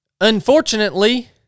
Unfortunately